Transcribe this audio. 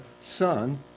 Son